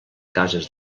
cases